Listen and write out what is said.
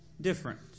different